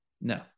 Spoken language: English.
No